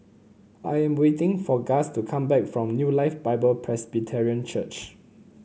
I am waiting for Gus to come back from New Life Bible Presbyterian Church